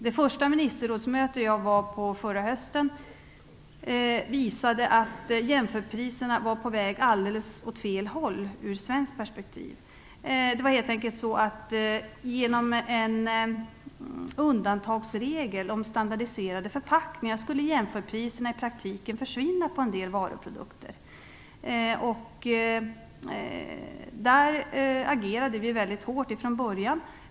Det första ministerrådsmöte som jag deltog vid under förra hösten visade att jämförpriserna var på väg åt alldeles fel håll, sett ur svenskt perspektiv. Genom en undantagsregel om standardiserade förpackningar skulle jämförpriserna på en del varuprodukter i praktiken helt enkelt försvinna. Vi agerade på den punkten redan från början mycket hårt.